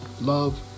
love